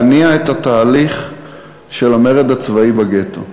להניע את התהליך של המרד הצבאי בגטו.